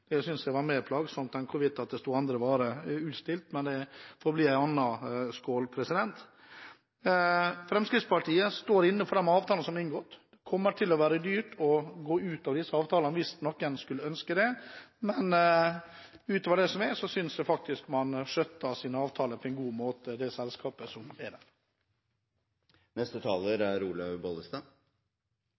Det syntes jeg var mer plagsomt enn om det sto andre varer utstilt, men det får bli en annen skål. Fremskrittspartiet står inne for de avtalene som er inngått. Det kommer til å bli dyrt å gå ut av disse avtalene hvis noen skulle ønske det. Utover det synes jeg det selskapet som er der, skjøtter avtalen på en god måte. Det er et paradoks at vi har en ordning hvor vi selger de tre varene som